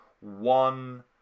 one